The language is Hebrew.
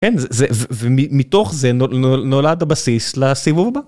כן, ומתוך זה נולד הבסיס לסיבוב הבא.